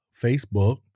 facebook